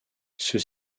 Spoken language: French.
ceux